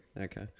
Okay